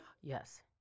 Yes